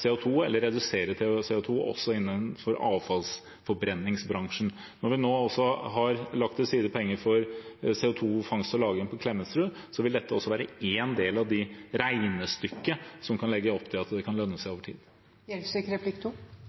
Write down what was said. eller redusere CO 2 , også innenfor avfallsforbrenningsbransjen. Når vi nå har lagt til side penger for CO 2 -fangst og -lagring på Klemetsrud, vil dette være én del av det regnestykket som kan legge opp til at det kan lønne seg over tid.